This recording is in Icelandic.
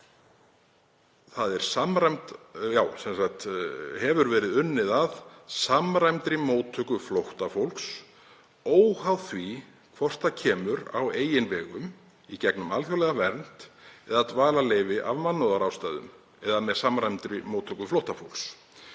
„… hefur verið unnið að samræmdri móttöku flóttafólks, óháð því hvort það kemur á eigin vegum, í gegnum alþjóðlega vernd eða dvalarleyfi af mannúðarástæðum eða með samræmdri móttöku flóttafólks.“